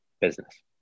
business